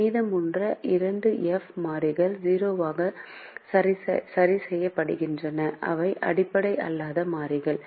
மீதமுள்ள 2f மாறிகள் 0 ஆக சரி செய்யப்படுகின்றன அவை அடிப்படை அல்லாத மாறிகள்